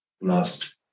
lost